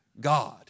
God